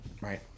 Right